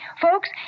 Folks